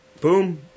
boom